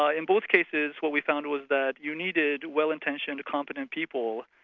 ah in both cases, what we found was that you needed well-intentioned, competent people,